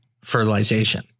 fertilization